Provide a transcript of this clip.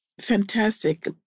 fantastic